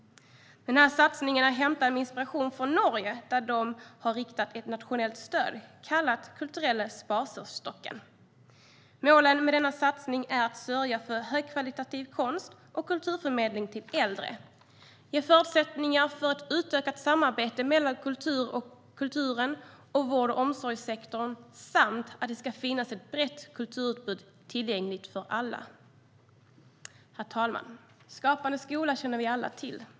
Den här satsningen är hämtad med inspiration från Norge, där de har riktat ett nationellt stöd, kallat den kulturelle spaserstokken. Målen med denna satsning är att sörja för högkvalitativ konst och kulturförmedling för äldre, ge förutsättningar för ett utökat samarbete mellan kulturen och vård och omsorgssektorn samt se till att det finns ett brett kulturutbud tillgängligt för alla. Herr talman! Skapande skola känner vi alla till.